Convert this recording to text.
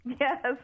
Yes